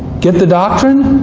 get the doctrine?